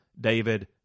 David